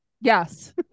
Yes